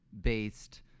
based